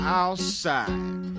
outside